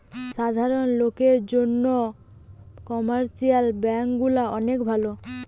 সাধারণ লোকের জন্যে কমার্শিয়াল ব্যাঙ্ক গুলা অনেক ভালো